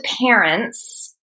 parents